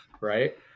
right